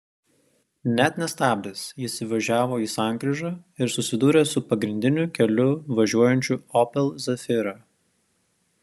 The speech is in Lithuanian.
net nestabdęs jis įvažiavo į sankryžą ir susidūrė su pagrindiniu keliu važiuojančiu opel zafira